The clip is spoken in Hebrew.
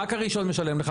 רק הראשון משלם לך,